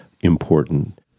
important